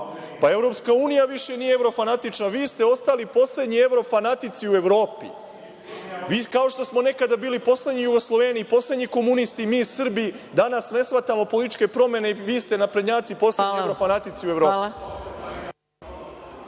u EU, pa EU više nije evrofanatična. Vi ste ostali poslednji evrofanatici u Evropi. Kao što smo nekada bili poslednji Jugosloveni i poslednji komunisti, mi Srbi danas ne shvatamo političke promene. Vi ste naprednjaci poslednji evrofanatici u Evropi.